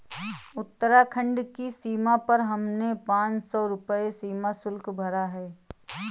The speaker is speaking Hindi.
उत्तराखंड की सीमा पर हमने पांच सौ रुपए सीमा शुल्क भरा